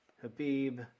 Habib